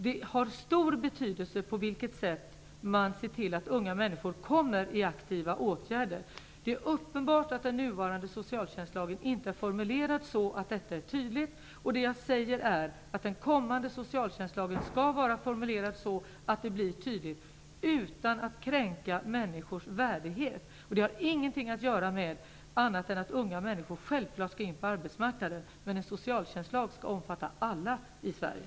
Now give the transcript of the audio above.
Det har stor betydelse på vilket sätt man ser till att unga människor deltar i aktiva åtgärder. Det är uppenbart att den nuvarande socialtjänstlagen inte har formulerats så att det är tydligt. Den kommande socialtjänstlagen skall vara formulerad så att det blir tydligt, utan att kränka människors värdighet. Det har ingenting att göra med att unga människor självklart skall in på arbetsmarknaden. Men en socialtjänstlag skall omfatta alla i Sverige.